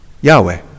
Yahweh